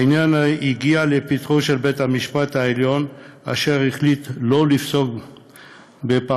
העניין הגיע לפתחו של בית-המשפט העליון אשר החליט שלא לפסוק בפרשה